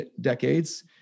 decades